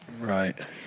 Right